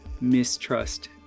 mistrust